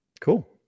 Cool